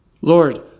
Lord